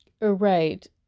right